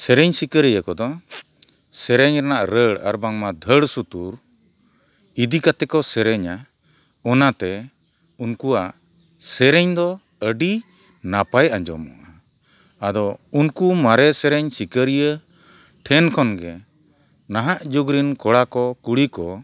ᱥᱮᱨᱮᱧ ᱥᱤᱠᱟᱹᱨᱤᱭᱟᱹ ᱠᱚᱫᱚ ᱥᱮᱨᱮᱧ ᱨᱮᱱᱟᱜ ᱨᱟᱹᱲ ᱟᱨ ᱵᱟᱝᱢᱟ ᱫᱷᱟᱹᱲ ᱥᱩᱛᱩᱨ ᱤᱫᱤ ᱠᱟᱛᱮᱫ ᱠᱚ ᱥᱮᱨᱮᱧᱟ ᱚᱱᱟᱛᱮ ᱩᱱᱠᱩᱣᱟᱜ ᱥᱮᱨᱮᱧ ᱫᱚ ᱟᱹᱰᱤ ᱱᱟᱯᱟᱭ ᱟᱸᱡᱚᱢᱚᱜᱼᱟ ᱟᱫᱚ ᱩᱱᱠᱩ ᱢᱟᱨᱮ ᱥᱮᱨᱮᱧ ᱥᱤᱠᱟᱹᱨᱤᱭᱟᱹ ᱴᱷᱮᱱ ᱠᱷᱚᱱ ᱜᱮ ᱱᱟᱦᱟᱜ ᱡᱩᱜᱽ ᱨᱮᱱ ᱠᱚᱲᱟ ᱠᱚ ᱠᱩᱲᱤ ᱠᱚ